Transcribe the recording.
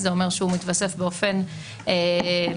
זה אומר שהוא מתווסף באופן רציף,